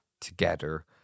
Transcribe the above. together